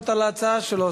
לא.